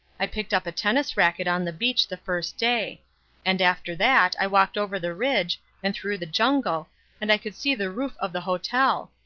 i picked up a tennis racket on the beach the first day and after that i walked over the ridge and through the jungle and i could see the roof of the hotel.